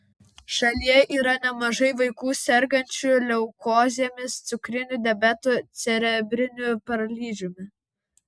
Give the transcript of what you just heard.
šalyje yra nemažai vaikų sergančių leukozėmis cukriniu diabetu cerebriniu paralyžiumi